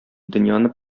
дөньяны